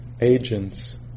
agents